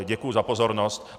Děkuji za pozornost.